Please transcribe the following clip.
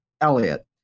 Elliot